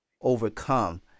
overcome